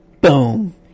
Boom